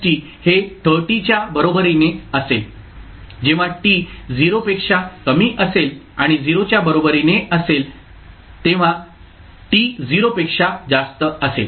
आता u हे 30 च्या बरोबरीने असेल जेव्हा t 0 पेक्षा कमी असेल आणि 0 च्या बरोबरीने असेल जेव्हा t 0 पेक्षा जास्त असेल